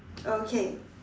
okay